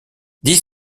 dix